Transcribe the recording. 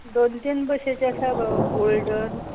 दोन तीन बशेचें आसा गो गोल्डन